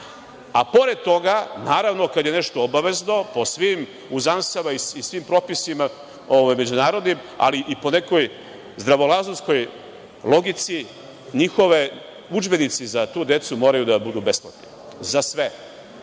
a pored toga, naravno, kad je nešto obavezno, po svim uzansama i svim propisima međunarodnim, ali i po nekoj zdravorazumskoj logici, njihovi udžbenici za tu decu moraju da budu besplatni. Za